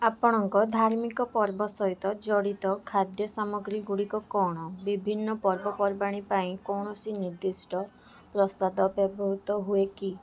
ଆପଣଙ୍କ ଧାର୍ମିକ ପର୍ବ ସହିତ ଜଡ଼ିତ ଖାଦ୍ୟ ସାମଗ୍ରୀ ଗୁଡ଼ିକ କ'ଣ ବିଭିନ୍ନ ପର୍ବପର୍ବାଣୀ ପାଇଁ କୌଣସି ନିର୍ଦ୍ଦିଷ୍ଟ ପ୍ରସାଦ ବ୍ୟବହୃତ ହୁଏ କି